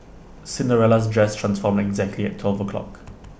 Cinderella's dress transformed exactly at twelve o' clock